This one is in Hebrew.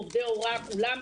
עובדי ההוראה כולם.